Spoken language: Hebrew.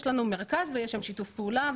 יש לנו מרכז ויש שם שיתוף פעולה.